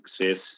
success